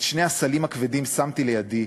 את שני הסלים הכבדים שמתי לידי.